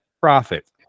profit